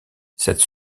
cette